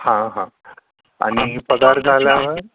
हा हा आणि पगार झाल्यावर